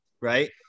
right